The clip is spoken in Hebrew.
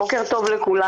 בוקר טוב לכולם.